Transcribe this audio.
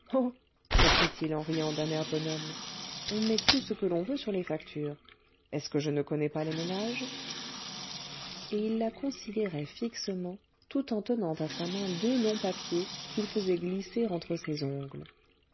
reprit-il en riant d'un air bonhomme on met tout ce que l'on veut sur les factures est-ce que je ne connais pas les ménages et il la considérait fixement tout en tenant à sa main deux longs papiers qu'il faisait glisser entre ses ongles